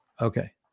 Okay